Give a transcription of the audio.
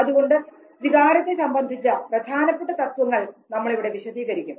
അതുകൊണ്ട് വികാരത്തെ സംബന്ധിച്ച പ്രധാനപ്പെട്ട തത്വങ്ങൾ നമ്മളിവിടെ വിശദീകരിക്കും